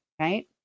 right